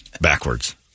backwards